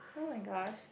oh-my-gosh